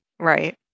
Right